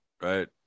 right